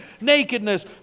nakedness